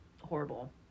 horrible